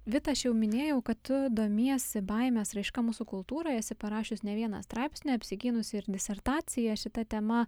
vita aš jau minėjau kad tu domiesi baimės raiška mūsų kultūroj esi parašius ne vieną straipsnį apsigynusi ir disertaciją šita tema